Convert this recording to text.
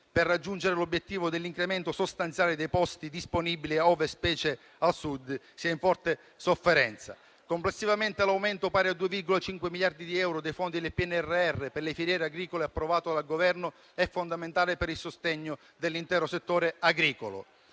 per raggiungere l'obiettivo dell'incremento sostanziale dei posti disponibili, ove, specie al Sud, si è in forte sofferenza. Complessivamente, l'aumento è pari a 2,5 miliardi di euro dei fondi del PNRR per le filiere agricole approvato dal Governo è fondamentale per il sostegno dell'intero settore agricolo.